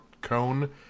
cone